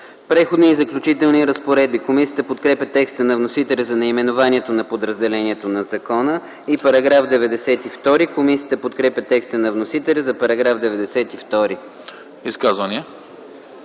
„Преходни и заключителни разпоредби.” Комисията подкрепя текста на вносителя за наименованието на подразделението на закона. Комисията подкрепя текста на вносителя за § 92. ПРЕДСЕДАТЕЛ